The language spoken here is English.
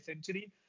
century